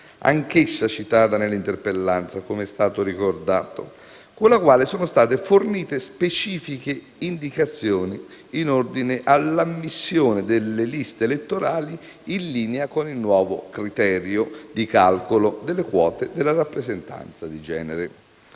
anch'essa citata nell'interpellanza - con la quale sono state fornite specifiche indicazioni in ordine all'ammissione delle liste elettorali in linea con il nuovo criterio di calcolo delle quote della rappresentanza di genere.